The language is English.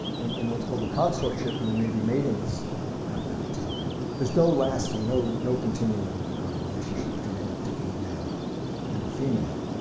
in in what's called a consortship and there may be matings at that time, there's no lasting, no no continuing relationship between any particular male and a female.